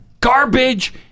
garbage